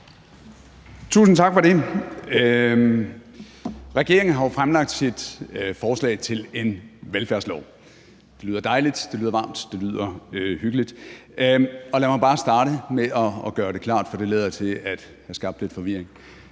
Tusind tak for det. Regeringen har jo fremlagt sit forslag til en velfærdslov. Det lyder dejligt, det lyder varmt, det lyder hyggeligt. Lad mig bare starte med at gøre det klart, for det lader til at have skabt lidt forvirring.